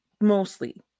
mostly